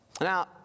Now